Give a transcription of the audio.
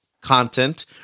content